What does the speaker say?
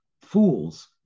fools